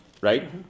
right